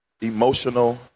emotional